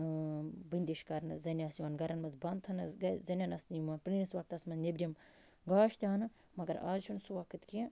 بٔنٛدِش کرنہٕ زَنٛنہِ آسہٕ یِوان گَرَن منٛز بَنٛد کرنہٕ زَنیٚن آسہٕ نہٕ یِوان پرٲنِس وقتَس منٛز نٮ۪برِم گاش تہِ ہاونہٕ مگر آز چھُنہٕ سُہ وقت کیٚنہہ